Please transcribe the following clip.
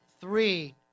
three